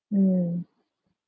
mm